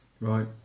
Right